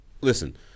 listen